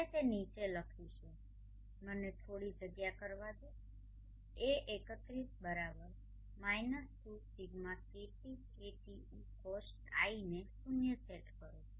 આપણે તે નીચે લખીશું મને થોડી જગ્યા કરવા દો a31 2Σcosτi ને શૂન્ય સેટ કરો